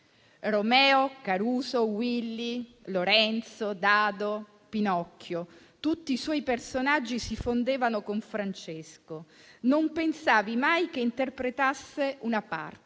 Romeo, Caruso, Willy, Lorenzo, Dado, Pinocchio. Tutti i suoi personaggi si fondevano con Francesco, non pensavi mai che interpretasse una parte,